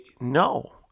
No